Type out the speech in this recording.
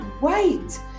wait